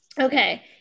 Okay